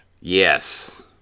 Yes